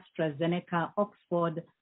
AstraZeneca-Oxford